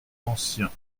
anciens